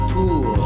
Pool